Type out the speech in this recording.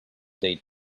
date